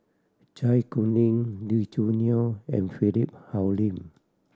Zai Kuning Lee Choo Neo and Philip Hoalim